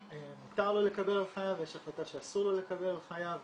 מותר לו לקבל על חייו ויש החלטה שאסור לו לקבל על חייו,